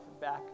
back